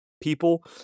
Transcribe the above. people